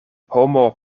homo